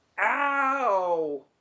Ow